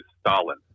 Stalin